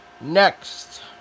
Next